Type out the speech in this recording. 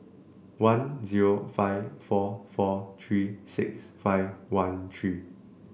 one zero five four four three six five one three